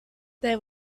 there